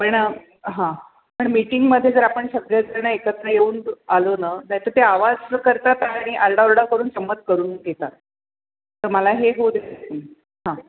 पण हां पण मीटिंगमध्ये जर आपण सगळेच जणं एकत्र येऊन आलो ना नाही तर ते आवाज करतात आणि आरडाओरडा करून संमत करून घेतात तर मला हे होऊ द्यायचं नाही हां